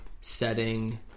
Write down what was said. setting